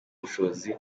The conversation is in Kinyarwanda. ubushobozi